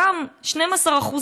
אותם 12%,